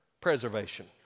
preservation